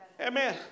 Amen